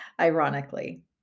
ironically